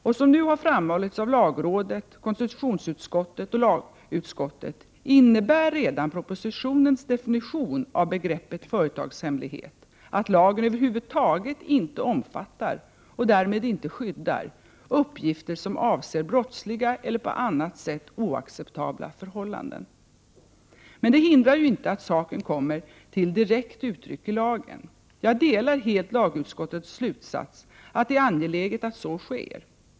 Och som har framhållits av lagrådet, konstitutionsutskottet och lagutskottet innebär redan propositionens definition av begreppet företagshemlighet, att lagen över huvud taget inte omfattar, och därmed inte skyddar, uppgifter som avser brottsliga eller på annat sätt oacceptabla förhållanden. Men det hindrar ju inte att saken kommer till direkt uttryck i lagen. Jag delar helt lagutskottets slutsats att det är angeläget att så sker.